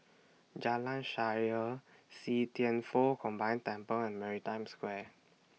Jalan Shaer See Thian Foh Combined Temple and Maritime Square